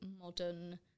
modern